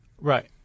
right